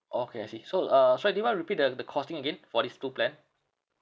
okay I see so uh sorry do you mind repeat the the costing again for these two plan